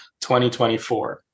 2024